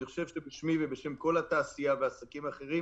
אני חושב שבשמי ובשם כל התעשייה והעסקים האחרים,